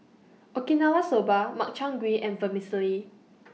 Okinawa Soba Makchang Gui and Vermicelli